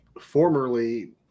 formerly